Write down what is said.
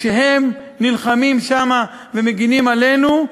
כשהם נלחמים שם ומגינים עלינו,